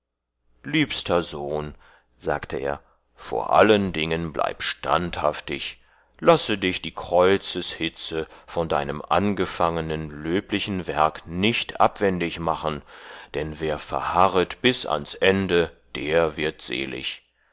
liebster sohn sagte er vor allen dingen bleib standhaftig lasse dich die kreuzes hitze von deinem angefangenen löblichen werk nicht abwendig machen dann wer verharret bis ans ende der wird selig